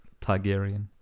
Targaryen